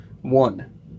One